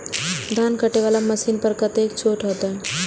धान कटे वाला मशीन पर कतेक छूट होते?